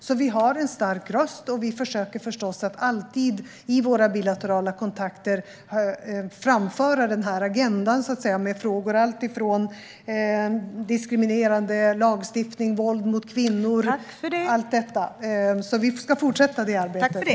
Sverige har en stark röst, och vi försöker förstås att alltid i våra bilaterala kontakter framföra den agendan i frågor som rör allt från diskriminerande lagstiftning till våld mot kvinnor. Vi ska fortsätta det arbetet.